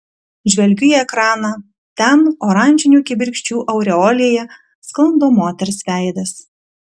žvelgiu į ekraną ten oranžinių kibirkščių aureolėje sklando moters veidas